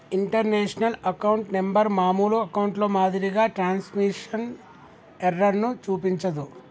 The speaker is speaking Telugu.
ఇంటర్నేషనల్ అకౌంట్ నెంబర్ మామూలు అకౌంట్లో మాదిరిగా ట్రాన్స్మిషన్ ఎర్రర్ ను చూపించదు